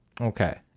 okay